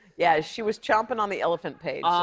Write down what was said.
yeah. she was chomping on the elephant page.